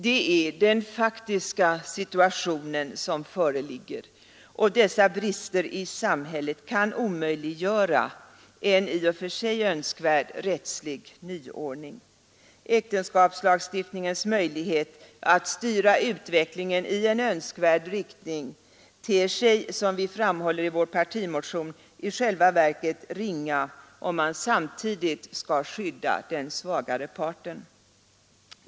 Det är den faktiska situation som föreligger, och dessa brister i samhället kan omöjliggöra en i och för sig önskvärd rättslig nyordning. Äktenskapslagstiftningens möjlighet att styra utvecklingen i en önskvärd riktning ter sig, som vi framhåller i vår partimotion, i själva verket ringa, om man samtidigt skall skydda den svagare parten.